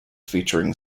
featuring